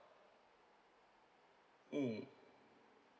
mm